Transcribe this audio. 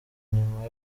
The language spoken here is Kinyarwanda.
nyuma